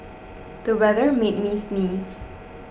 the weather made me sneeze